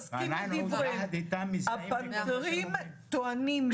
ויחד איתם אנחנו מזדהים --- הפנתרים טוענים,